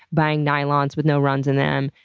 buying nylons with no runs in them,